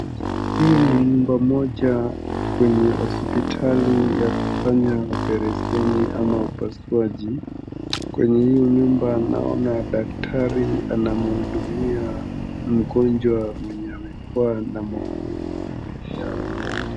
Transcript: Hii ni nyumba moja kwenye hospitali ya kufanya operesheni ama upasuaji. Kwenye hii nyumba naona daktari anamhudumia mgonjwa mwenye amekuwa na maumivu ya bega.